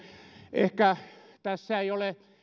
ehkä tässä ei ole